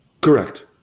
Correct